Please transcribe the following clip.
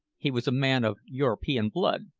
he was a man of european blood,